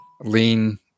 lean